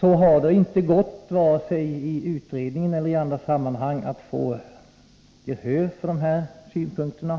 har det inte gått vare sig i utredningen eller i andra sammanhang att få gehör för våra synpunkter.